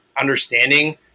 understanding